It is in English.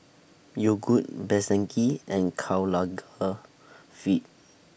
Yogood Best Denki and Karl Lagerfeld